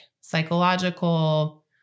psychological